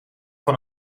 van